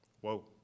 Whoa